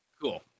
cool